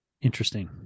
Interesting